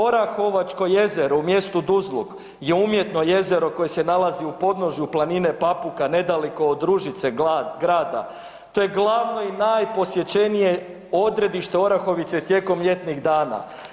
Orahovačko jezero u mjestu Duzluk je umjetno jezero koje se nalazi u podnožju planine Papuka nedaleko od Ružice grada, to je glavno i najposjećenije odredište Orahovice tijekom ljetnih dana.